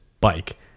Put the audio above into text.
bike